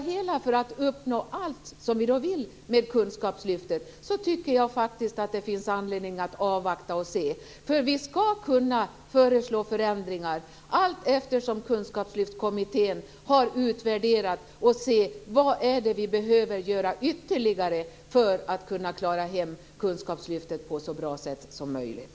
Men för att uppnå allt som vi vill med kunskapslyftet finns det anledning att avvakta och se, för vi skall kunna föreslå förändringar allteftersom kunskapslyftskommittén har gjort sin utvärdering och se vad vi behöver göra ytterligare för att klara hem kunskapslyftet på ett så bra sätt som möjligt.